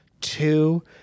Two